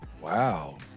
Wow